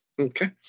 Okay